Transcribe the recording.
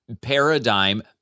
paradigm